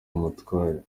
umutware